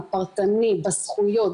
הפרטני בזכויות,